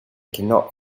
cannot